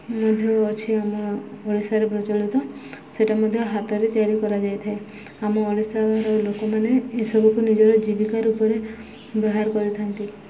ମଧ୍ୟ ଅଛି ଆମ ଓଡ଼ିଶାରେ ପ୍ରଚଳିତ ସେଇଟା ମଧ୍ୟ ହାତରେ ତିଆରି କରାଯାଇଥାଏ ଆମ ଓଡ଼ିଶାର ଲୋକମାନେ ଏସବୁକୁ ନିଜର ଜୀବିକା ରୂପରେ ବ୍ୟବହାର କରିଥାନ୍ତି